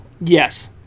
Yes